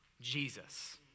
Jesus